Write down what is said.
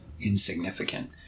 insignificant